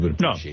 No